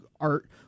art